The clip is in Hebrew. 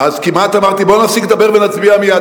אז כמעט אמרתי: בואו נפסיק לדבר ונצביע מייד.